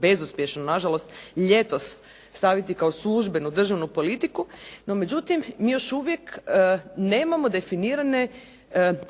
bezuspješno nažalost ljetos staviti kao službenu državnu politiku, no međutim mi još uvijek nemamo definirane